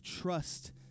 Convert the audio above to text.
trust